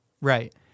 Right